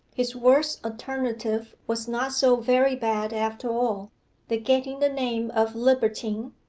his worst alternative was not so very bad after all the getting the name of libertine,